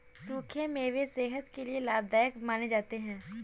सुखे मेवे सेहत के लिये लाभदायक माने जाते है